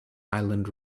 island